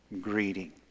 greeting